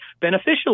beneficial